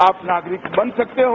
आप नागरिक बन सकते हो